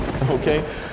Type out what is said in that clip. okay